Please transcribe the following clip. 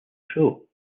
show